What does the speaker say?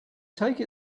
take